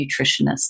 nutritionist